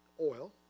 oil